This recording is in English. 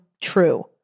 true